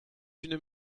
une